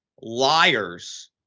liars